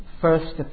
First